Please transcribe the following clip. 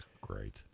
Great